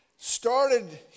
started